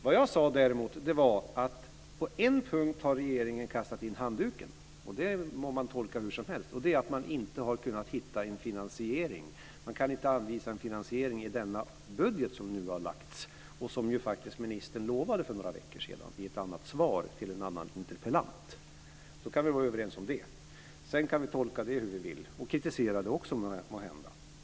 Vad jag sade var att på en punkt har regeringen kastat in handduken - och det må man tolka hursomhelst - och det är att man inte har kunnat hitta en finansiering. Man kan inte anvisa en finansiering i den budget som nu har lagts fram, vilket ministern faktiskt lovade för några veckor sedan i ett annat svar till en annan interpellant. Det kan vi alltså vara överens om. Sedan kan vi tolka det hur vi vill - och kritisera det också, måhända.